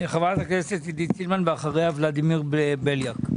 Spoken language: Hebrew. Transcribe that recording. חברת הכנסת עידית סילמן ואחריה ולדימיר בליאק.